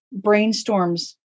brainstorms